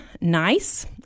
nice